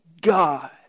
God